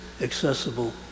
accessible